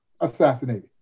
assassinated